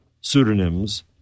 pseudonyms